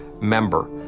member